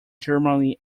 germany